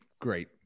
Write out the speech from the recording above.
great